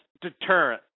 deterrent